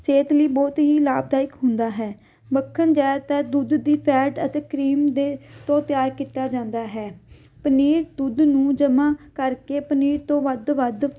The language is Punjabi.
ਸਿਹਤ ਲਈ ਬਹੁਤ ਹੀ ਲਾਭਦਾਇਕ ਹੁੰਦਾ ਹੈ ਮੱਖਣ ਜ਼ਿਆਦਾਤਰ ਦੁੱਧ ਦੀ ਫੈਟ ਅਤੇ ਕਰੀਮ ਦੇ ਤੋਂ ਤਿਆਰ ਕੀਤਾ ਜਾਂਦਾ ਹੈ ਪਨੀਰ ਦੁੱਧ ਨੂੰ ਜਮ੍ਹਾ ਕਰਕੇ ਪਨੀਰ ਤੋਂ ਵੱਧ ਵੱਧ